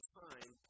time